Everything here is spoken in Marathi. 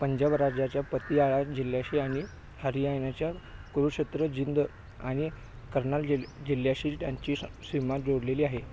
पंजाब राज्याच्या पतियाळा जिल्ह्याशी आणि हरियाणाच्या कुरुक्षेत्र जींद आणि कर्नाल जिल जिल्ह्याशी त्यांची स सीमा जोडलेली आहे